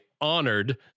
honored